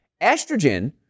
Estrogen